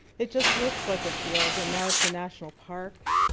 it just looks like a field and now it's a national park.